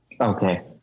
okay